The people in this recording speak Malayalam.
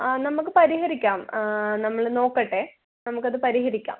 ആ നമുക്ക് പരിഹരിക്കാം നമ്മള് നോക്കട്ടെ നമുക്കത് പരിഹരിക്കാം